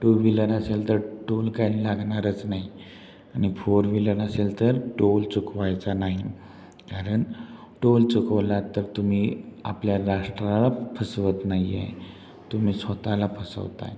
to wheeler असेल तर toll काय लागणारच नाही आणि फोर व्हीलर असेल तर टोल चुकवायचा नाही कारण टोल चुकवलात तर तुम्ही आपल्या राष्ट्राला फसवत नाहीये तुम्ही स्वतःला फसवत आहे